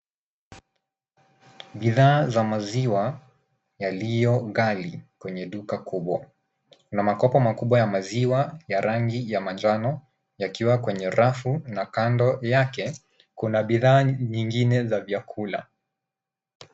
Bidhaa za maziwa yaliyogali kwenye duka kubwa. Kuna makopo makubwa ya maziwa ya rangi ya manjano yakiwa kwenye rafu na kando yake kuna bidhaa nyingine za vyakula.